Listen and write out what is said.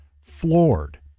floored